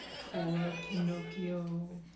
poor pinocchio!